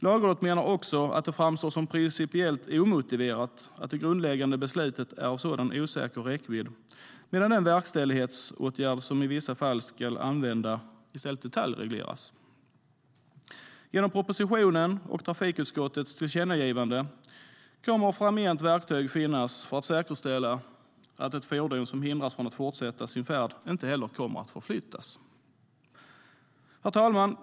Lagrådet menar också att det framstår som principiellt omotiverat att det grundläggande beslutet är av sådan osäker räckvidd medan den verkställighetsåtgärd som i vissa fall ska användas i stället detaljregleras. Genom propositionen och trafikutskottets tillkännagivande kommer framgent verktyg att finnas för att säkerställa att ett fordon som hindras från att fortsätta sin färd inte heller kommer att förflyttas. Herr talman!